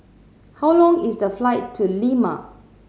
how long is the flight to Lima